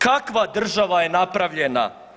Kakva država je napravljena?